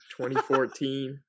2014